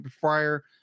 prior